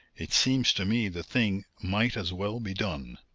it seems to me the thing might as well be done.